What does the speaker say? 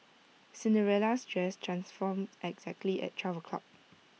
Cinderella's dress transformed exactly at twelve o'clock